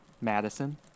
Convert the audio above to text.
Madison